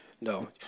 No